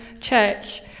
church